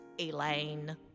Elaine